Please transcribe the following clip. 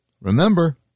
remember